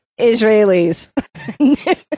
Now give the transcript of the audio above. Israelis